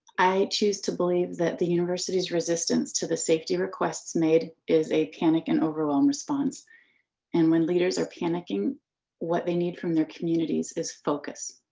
i choose to believe that the university's resistance to the safety requests made is a panic and over run um response and when leaders are panicking what they need from their communities is focus.